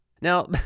now